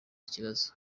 kibazo